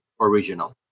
original